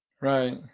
Right